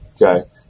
Okay